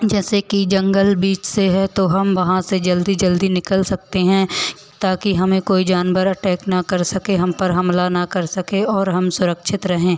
जैसे कि जंगल बीच से है तो हम वहाँ से जल्दी जल्दी निकल सकते हैं ताकि हमें कोई जानवर अटैक ना कर सके हम पर हमला ना कर सके और हम सुरक्षित रहें